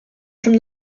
from